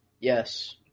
Yes